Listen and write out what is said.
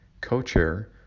co-chair